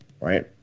right